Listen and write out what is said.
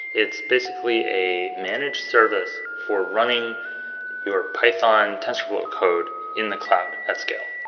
it's basically a managed service for running your python tensorflow code in the cloud at scale.